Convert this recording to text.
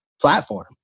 platform